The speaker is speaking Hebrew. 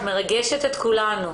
את מרגשת את כולנו.